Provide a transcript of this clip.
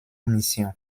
mission